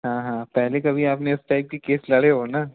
हाँ हाँ पहले कभी आपने इस टाइप की केस लड़े हो ना